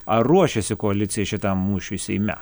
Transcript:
ar ruošiasi koalicija šitam mūšiui seime